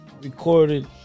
recorded